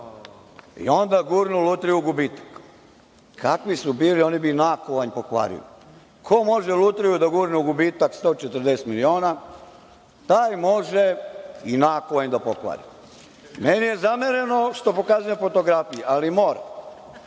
i onda gurnu Lutriju u gubitak. Kakvi su bili, oni bi nakovanj pokvarili. Ko može Lutriju da gurne u gubitak 140 miliona, taj može i nakovanj da pokvari. Meni je zamereno što pokazujem fotografije, ali moram.